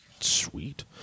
Sweet